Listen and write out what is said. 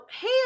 hey